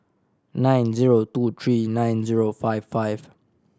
nine zero two three nine zero five five